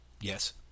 Yes